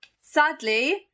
Sadly